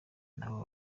nabo